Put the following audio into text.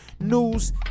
news